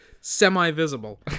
semi-visible